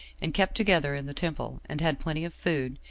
and kept together in the temple, and had plenty of food,